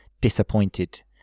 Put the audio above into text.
disappointed